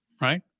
right